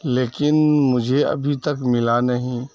لیکن مجھے ابھی تک ملا نہیں